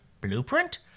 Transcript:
Blueprint